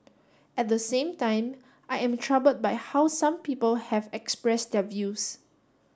at the same time I am troubled by how some people have expressed their views